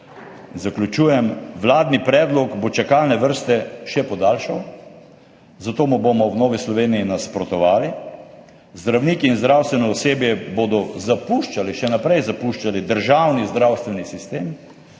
zaključujem, vladni predlog bo čakalne vrste še podaljšal, zato mu bomo v Novi Sloveniji nasprotovali. Zdravniki in zdravstveno osebje bodo zapuščali, še naprej zapuščali državni zdravstveni sistem,